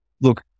Look